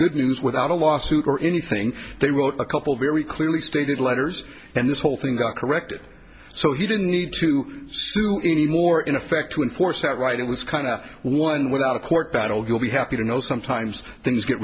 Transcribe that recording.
good news without a lawsuit or anything they wrote a couple very clearly stated letters and this whole thing got corrected so you didn't need to sue anymore in effect to enforce that right it was kind of one without a court battle you'll be happy to know sometimes things get